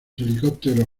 helicópteros